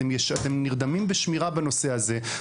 אתם נרדמים בשמירה בנושא הזה.